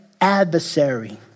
adversary